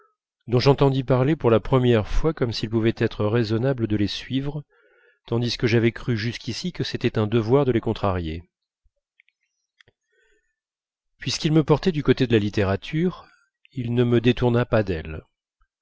dont j'entendis parler pour la première fois comme s'il pouvait être raisonnable de les suivre tandis que j'avais cru jusqu'ici que c'était un devoir de les contrarier puisqu'ils me portaient du côté de la littérature il ne me détourna pas d'elle